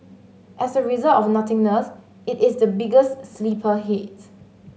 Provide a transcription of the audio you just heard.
as a result of the nothingness it is the biggest sleeper hit